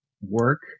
work